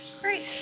Great